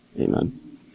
Amen